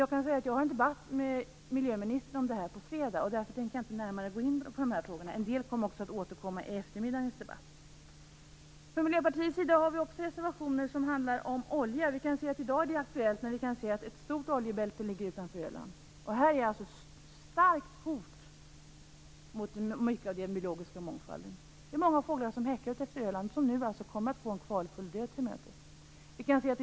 Jag skall ha en debatt med miljöministern om det här på fredag. Därför tänker jag inte närmare gå in på dessa frågor. Från Miljöpartiets sida har vi också reservationer som handlar om olja. I dag är det aktuellt; ett stort oljebälte ligger utanför Öland. Det är alltså ett starkt hot mot mycket av den biologiska mångfalden. Många av de fåglar som häckar utefter Öland kommer nu att gå en kvalfull död till mötes.